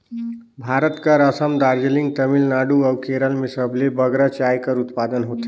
भारत कर असम, दार्जिलिंग, तमिलनाडु अउ केरल में सबले बगरा चाय कर उत्पादन होथे